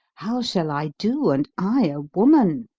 how shall i do, and i a woman?